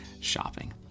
shopping